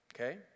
okay